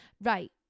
right